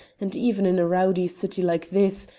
and even in a rowdy city like this,